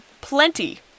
Plenty